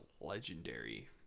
legendary